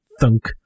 thunk